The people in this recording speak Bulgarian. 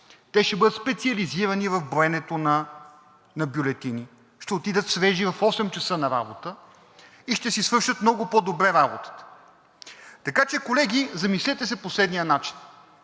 те ще бъдат специализирани в броенето на бюлетини, ще отидат свежи в 20,00 ч. на работа и ще си свършат много по-добре работата. Така че, колеги, замислете се по следния начин.